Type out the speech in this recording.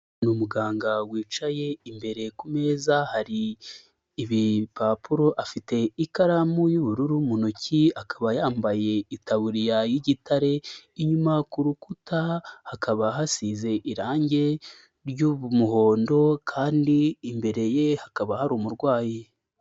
Ni umuganga wicaye, imbere ku meza hari ibipapuro, afite ikaramu y'ubururu mu ntoki akaba yambaye itaburiya y'igitare, inyuma ku rukuta hakaba hasize irange ry'umuhondo kandi imbere ye hakaba hari umurwayi.